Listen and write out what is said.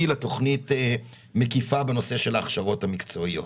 לתכנית מקיפה בנושא של הכשרות מקצועיות,